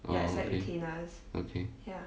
oh okay okay